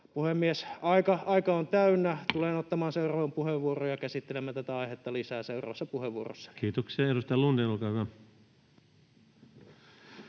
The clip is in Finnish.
Puhemies! Aika on täynnä. Tulen ottamaan seuraavan puheenvuoron ja käsittelemään tätä aihetta lisää seuraavassa puheenvuorossani. [Speech 99] Speaker: